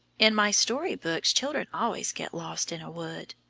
in my story-books, children always get lost in a wood.